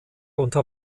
unter